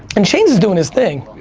and chainz is doing his thing,